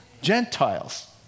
Gentiles